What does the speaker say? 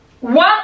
one